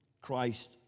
Christ